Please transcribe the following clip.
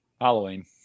Halloween